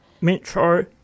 Metro